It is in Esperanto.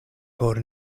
por